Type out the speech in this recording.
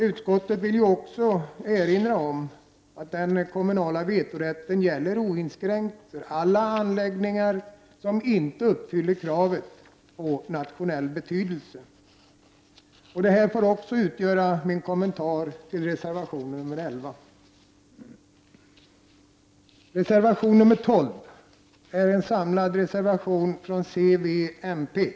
Utskottet vill också erinra om att den kommunala vetorätten gäller oinskränkt för alla anläggningar som inte uppfyller kravet på nationell betydelse. Detta får också utgöra min kommentar till reservation nr 11. Reservation 12 är en gemensam reservation från centerpartiet, vänsterpartiet och miljöpartiet.